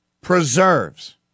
preserves